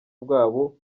bwabo